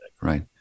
right